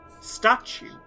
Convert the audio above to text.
statue